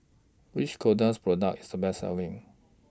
Which Kordel's Product IS The Best Selling